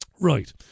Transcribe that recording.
Right